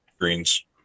greens